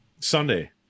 Sunday